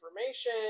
information